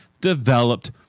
developed